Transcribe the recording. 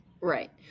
Right